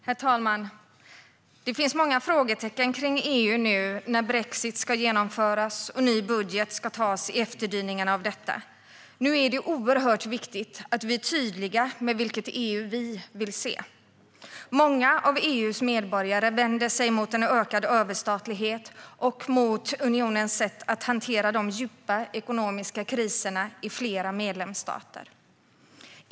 Herr talman! Det finns många frågetecken kring EU nu när brexit ska genomföras och ny budget ska antas i efterdyningarna av detta. Nu är det oerhört viktigt att vi är tydliga med vilket EU vi vill se. Många av EU:s medborgare vänder sig mot en ökad överstatlighet och mot unionens sätt att hantera de djupa ekonomiska kriserna i flera medlemsstater.